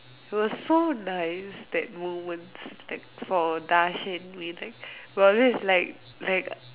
was so nice that moments that for Darshan we like we always like like